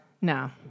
No